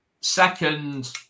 Second